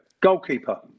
goalkeeper